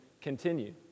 continue